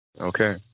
Okay